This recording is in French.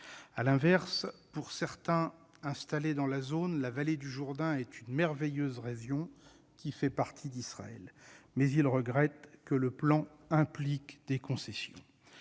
À l'inverse, pour certains de ceux qui sont installés dans la zone, « la vallée du Jourdain est une merveilleuse région ... qui fait partie d'Israël !», mais ils regrettent que le plan implique des concessions.